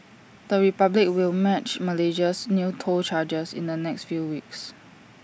the republic will match Malaysia's new toll charges in the next few weeks